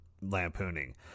lampooning